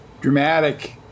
dramatic